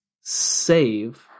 save